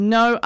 no